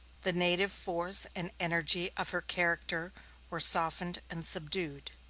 the native force and energy of her character were softened and subdued.